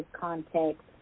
context